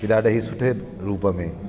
की ॾाढा ई सुठे रूप में